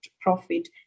profit